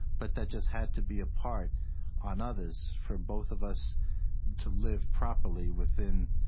but that just had to be apart on others for both of us to live properly within